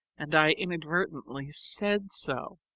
and i inadvertently said so.